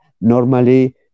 normally